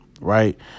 right